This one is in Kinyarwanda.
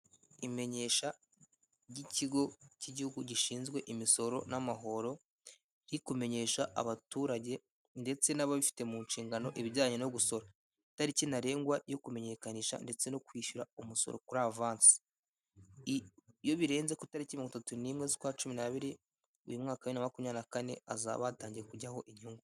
Imenyesha ry'ikigo cy'igihugu gishinzwe imisoro n'amahoro riri kumenyesha abaturage ndetse n'ababifite mu nshingano ibijyanye no gusora, itariki ntarengwa yo kumenyekanisha ndetse no kwishyura umusoro kuri avansi, iyo birenze ku itariki mirongo itatu nimwe z'ukwa cumi nabiri uyu mwaka wa bibiri na makumyabiri kane hazaba hatangiye kujyaho inyungu.